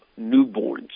newborns